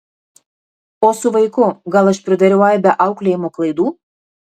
o su vaiku gal aš pridariau aibę auklėjimo klaidų